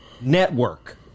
Network